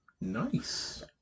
Nice